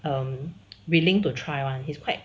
err willing to try one he's quite